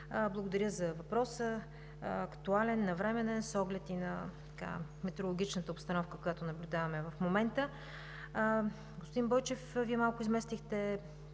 благодаря за въпроса. Актуален е, навременен е с оглед и на метрологичната обстановка, която наблюдаваме в момента. Господин Бойчев, Вие малко изместихте